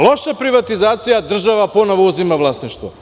Loša privatizacija, država ponovo uzima vlasništvo.